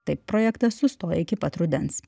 taip projektas sustojo iki pat rudens